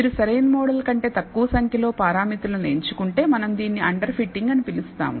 మీరు సరైన మోడల్ కంటే తక్కువ సంఖ్యలో పారామితులను ఎంచుకుంటే మనం దీనిని అండర్ ఫిట్టింగ్ అని పిలుస్తాము